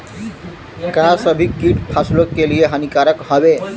का सभी कीट फसलों के लिए हानिकारक हवें?